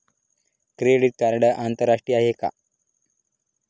Credit card आंतरराष्ट्रीय आहे का?